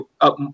up